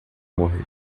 morrer